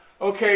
Okay